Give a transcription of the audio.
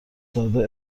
داده